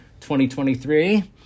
2023